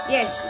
Yes